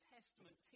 Testament